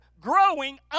growing